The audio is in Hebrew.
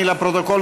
לפרוטוקול,